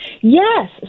Yes